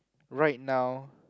right now